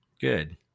Good